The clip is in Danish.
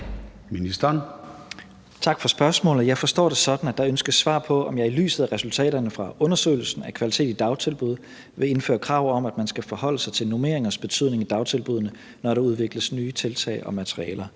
Tak for spørgsmålet. Jeg forstår det sådan, at der ønskes svar på, om jeg i lyset af resultaterne fra undersøgelsen af kvalitet i dagtilbud vil indføre krav om, at man skal forholde sig til normeringers betydning i dagtilbuddene, når der udvikles nye tiltag og materialer.